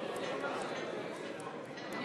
בעד,